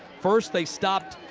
first they stopped